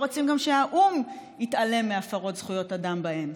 רוצים שהאו"ם יתעלם מהפרות זכויות אדם בהן,